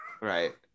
right